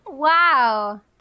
Wow